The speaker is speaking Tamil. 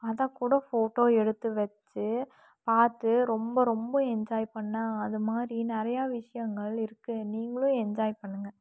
அதைக்கூட ஃபோட்டோ எடுத்து வச்சு பார்த்து ரொம்ப ரொம்ப என்ஜாய் பண்ணேன் அதுமாதிரி நிறையா விஷயங்கள் இருக்குது நீங்களும் என்ஜாய் பண்ணுங்கள்